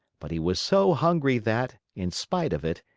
but he was so hungry that, in spite of it,